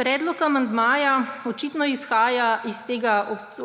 Predlog amandmaja očitno izhaja iz